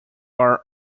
are